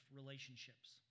relationships